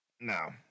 No